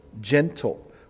gentle